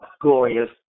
glorious